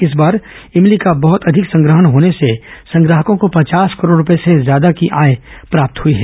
इस बार इमली का बहत अधिक संग्रहण होने से संग्राहकों को पचास करोड़ रूपये से ज्यादा की आय प्राप्त हुई है